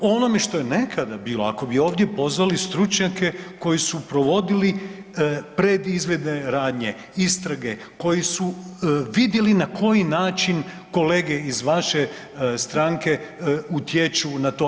O onome što je nekada bilo ako bi ovdje pozvali stručnjake koji su provodili predizvidne radnje, istrage, koji su vidjeli na koji način kolege iz vaše stranke utječu na to.